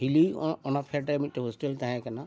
ᱦᱤᱞᱤ ᱚᱱᱟ ᱚᱱᱟ ᱯᱷᱮᱰ ᱨᱮ ᱢᱤᱫᱴᱮᱱ ᱦᱳᱥᱴᱮᱞ ᱛᱟᱦᱮᱸ ᱠᱟᱱᱟ